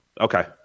Okay